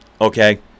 okay